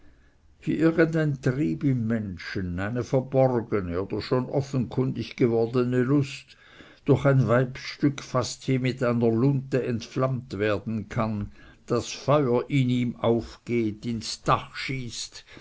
ein trieb im menschen eine verborgene oder schon offenkundig gewordene lust durch ein weibsstück fast wie mit einer lunte entflammt werden kann daß feuer in ihm aufgeht ins dach schießt